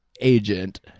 agent